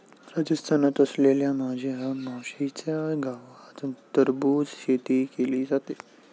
राजस्थानात असलेल्या माझ्या मावशीच्या गावात टरबूजची शेती केली जाते